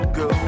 go